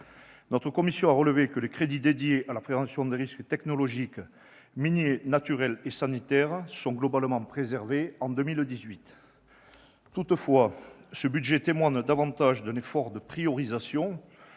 durable a relevé que les crédits dédiés à la prévention des risques technologiques, miniers, naturels et sanitaires seront globalement préservés en 2018. Toutefois, ce budget témoigne davantage d'un effort de priorisation